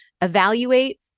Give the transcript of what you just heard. evaluate